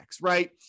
right